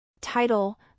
Title